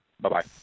bye-bye